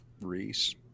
Reese